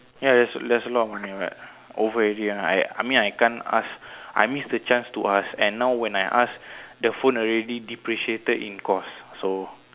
ya that's that's a lot of money but over already ah I I mean can't ask I miss the chance to ask and now when I ask the phone already depreciated in cost so